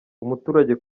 umuturage